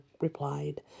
replied